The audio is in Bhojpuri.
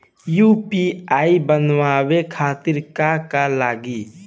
यू.पी.आई बनावे खातिर का का लगाई?